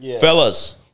Fellas